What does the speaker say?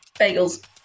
Bagels